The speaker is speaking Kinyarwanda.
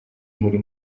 muri